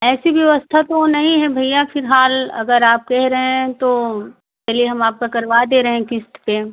ऐसी व्यवस्था तो नहीं है भैया फिलहाल अगर आप कह रहे हैं तो चलिए हम आपका करवा दे रहे हैं किश्त पर